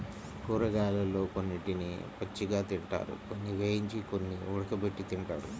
కూరగాయలలో కొన్నిటిని పచ్చిగా తింటారు, కొన్ని వేయించి, కొన్ని ఉడకబెట్టి తింటారు